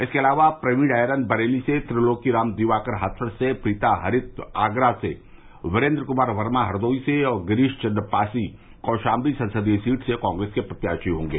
इसके अलावा प्रवीण ऐरन बरेली से त्रिलोकीराम दिवाकर हाथरस से प्रीता हरित आगरा से वीरेंद्र क्मार वर्मा हरदोई से और गिरीश चंद्र पासी कौशाम्बी संसदीय सीट से कांग्रेस के प्रत्याशी होंगे